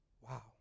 Wow